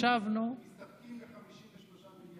אתם מסתפקים ב-53 מיליארד.